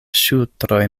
ŝultroj